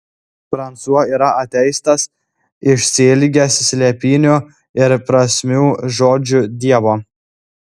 fransua yra ateistas išsiilgęs slėpinių ir prasmių žodžiu dievo